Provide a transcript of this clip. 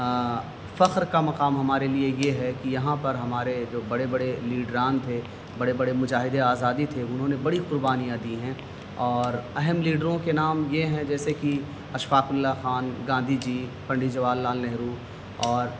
فخر کا مقام ہمارے لیے یہ ہے کہ یہاں پر ہمارے جو بڑے بڑے لیڈران تھے بڑے بڑے مجاہدے آزادی تھے انہوں نے بڑی قربانیاں دی ہیں اور اہم لیڈروں کے نام یہ ہیں جیسے کہ اشفاق اللہ خان گاندھی جی پنڈت جواہر لال نہرو اور